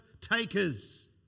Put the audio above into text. takers